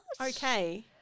Okay